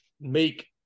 make